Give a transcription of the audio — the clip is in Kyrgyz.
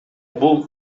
бул